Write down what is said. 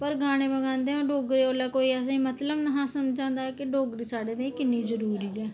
पर गाने गांदे हे ते उसलै असेंगी कोई मतलब निं हा समझ औंदा कि डोगरी साढ़े लेई किन्नी जरूरी ऐ